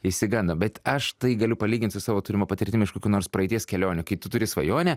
išsigandom bet aš tai galiu palygint su savo turima patirtimi iš kokių nors praeities kelionių kai tu turi svajonę